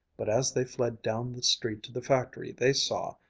but as they fled down the street to the factory they saw,